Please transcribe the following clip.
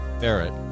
Barrett